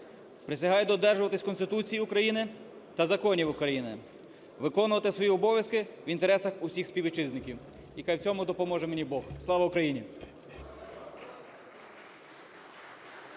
Присягаю додержуватися Конституції України та законів України, виконувати свої обов'язки в інтересах усіх співвітчизників. І хай в цьому допоможе мені Бог. Слава Україні!